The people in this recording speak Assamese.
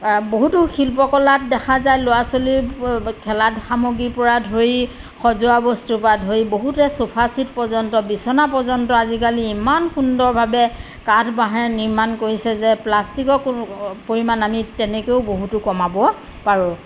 বহুতো শিল্পকলাত দেখা যায় ল'ৰা ছোৱালীৰ খেলা সামগ্ৰী পৰা ধৰি সজোৱা বস্তুৰ পৰা ধৰি বহুতে চোফা চেট পৰ্যন্ত বিচনা পৰ্যন্ত আজিকালি ইমান সুন্দৰভাৱে কাঠ বাঁহে নিৰ্মাণ কৰিছে যে প্লাষ্টিকৰ পৰিমাণ আমি তেনেকেও বহুতো কমাব পাৰোঁ